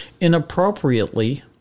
inappropriately